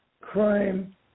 crime